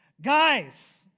guys